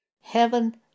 Heaven